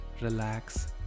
relax